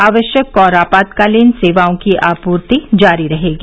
आवश्यक और आपातकालीन सेवाओं की आपूर्ति जारी रहेगी